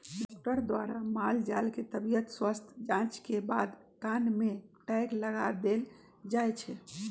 doctor द्वारा माल जाल के तबियत स्वस्थ जांच के बाद कान में टैग लगा देल जाय छै